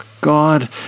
God